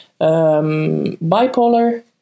bipolar